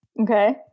Okay